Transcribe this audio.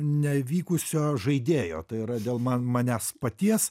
nevykusio žaidėjo tai yra dėl man manęs paties